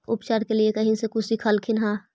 उपचार के लीये कहीं से कुछ सिखलखिन हा?